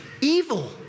evil